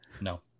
No